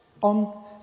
on